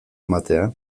ematea